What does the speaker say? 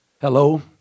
Hello